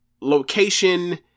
location